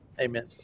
amen